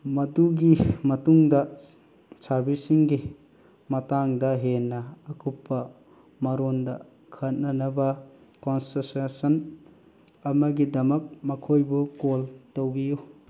ꯃꯗꯨꯒꯤ ꯃꯇꯨꯡꯗ ꯁꯥꯔꯕꯤꯁꯤꯡꯒꯤ ꯃꯇꯥꯡꯗ ꯍꯦꯟꯅ ꯑꯀꯨꯞꯄ ꯃꯔꯣꯟꯗ ꯈꯟꯅꯅꯕ ꯀꯣꯟꯁꯣꯁꯦꯁꯟ ꯑꯃꯒꯤꯗꯃꯛ ꯃꯈꯣꯏꯕꯨ ꯀꯣꯜ ꯇꯧꯕꯤꯌꯨ